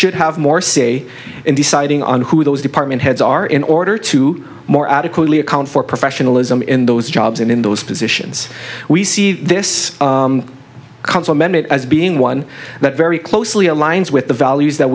should have more say in deciding on who those department heads are in order to more adequately account for professionalism in those jobs and in those positions we see this council mandate as being one that very closely aligns with the values that